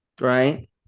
right